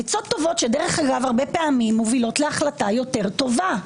עצות טובות שדרך אגב הרבה פעמים מובילות להחלטה יותר טובה.